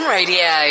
Radio